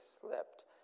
slipped